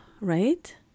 right